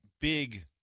big